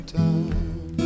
time